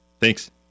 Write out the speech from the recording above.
Thanks